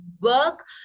work